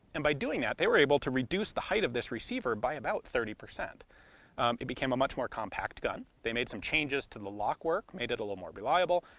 and by doing that they were able to reduce the height of this receiver by about thirty. it became a much more compact gun, they made some changes to the lockwork, made it a little more reliable.